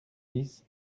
dix